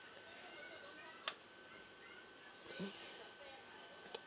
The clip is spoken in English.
mm